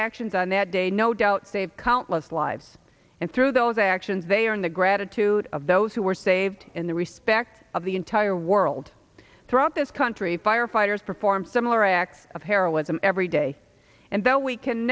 actions on that day no doubt saved countless lives and through those actions they are in the gratitude of those who were saved in the respect of the entire world throughout this country firefighters perform similar acts of heroism every day and that we can